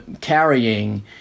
carrying